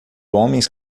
homens